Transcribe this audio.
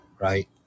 right